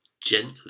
gently